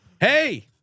Hey